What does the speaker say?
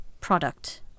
product